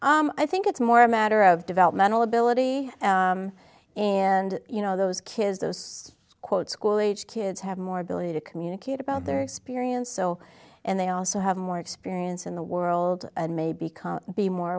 i think it's more a matter of developmental ability and you know those kids those quote school age kids have more ability to communicate about their experience so and they also have more experience in the world and may become be more